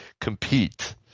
compete